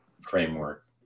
framework